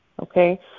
Okay